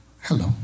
Hello